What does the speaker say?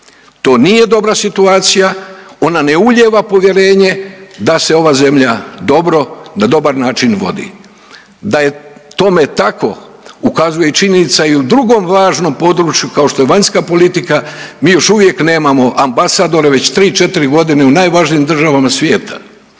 To nije dobra situacija, ona ne ulijeva povjerenje da se ova zemlja dobro na dobar način vodi. Da je tome tako ukazuje i činjenica i u drugom važnom području kao što je vanjska politika. Mi još uvijek nemamo ambasadore već tri, četri godine u najvažnijim državama svijeta.